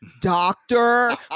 doctor